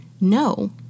No